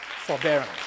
Forbearance